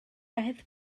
aeth